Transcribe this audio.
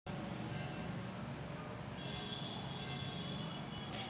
शेतीच्या विहीरीवर सौर ऊर्जेची मोटार बसवासाठी सबसीडी मिळन का?